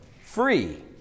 free